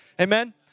Amen